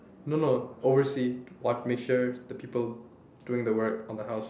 no no oversee what make sure the people doing the work on the house